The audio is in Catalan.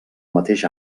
mateix